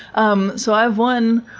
um so i have one,